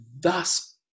thus